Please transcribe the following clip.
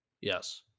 Yes